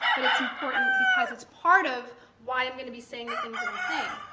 but it's important because it's part of why i'm going to be saying the things that i'm saying.